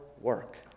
work